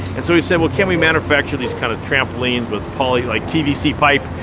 and so we said, well, can we manufacture these kind of trampoline with poly-like pvc pipe?